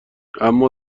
اما